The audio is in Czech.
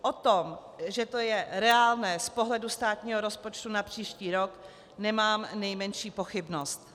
O tom, že to je reálné z pohledu státního rozpočtu na příští rok, nemám nejmenší pochybnost.